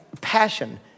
passion